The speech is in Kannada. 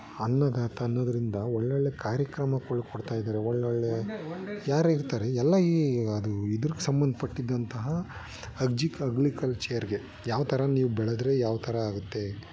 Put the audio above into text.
ಅನ್ನದಾತ ಅನ್ನೋದ್ರಿಂದ ಒಳ್ಳೊಳ್ಳೆ ಕಾರ್ಯಕ್ರಮಗಳು ಕೊಡ್ತಾಯಿದ್ದಾರೆ ಒಳ್ಳೊಳ್ಳೇ ಯಾರಿರ್ತಾರೆ ಎಲ್ಲ ಈ ಅದೂ ಇದಕ್ಕೆ ಸಂಬಂಧಪಟ್ಟಿದ್ದಂತಹ ಅಬ್ಜಿಕ್ ಅಗ್ಲಿಕಲ್ಚರ್ಗೆ ಯಾವ್ಥರ ನೀವು ಬೆಳೆದ್ರೆ ಯಾವ್ಥರ ಆಗುತ್ತೆ